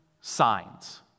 signs